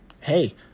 hey